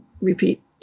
repeat